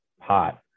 hot